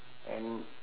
and